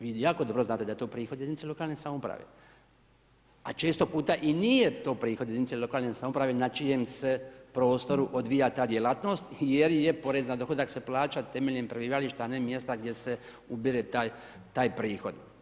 Vi jako dobro znate da je to prihod jedinica lokalne samouprave, a često puta i nije to prihod jedinice lokalne samouprave na čijem se prostoru odvija ta djelatnost jer je porez na dohodak se plaća temeljem prebivališta, a ne mjesta gdje se ubire taj prihod.